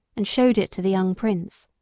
and showed it to the young prince.